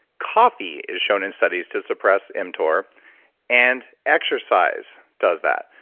coffee is shown in studies to suppress mtor and exercise does that.